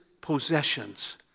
possessions